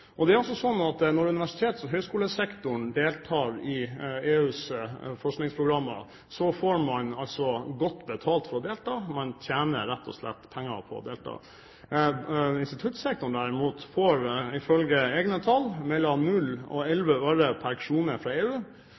Når universitets- og høyskolesektoren deltar i EUs forskningsprogrammer, får man godt betalt for å delta. Man tjener rett og slett penger på å delta. Instituttsektoren derimot får ifølge egne tall mellom null og elleve øre pr. krone fra EU.